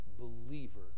believer